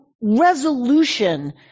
resolution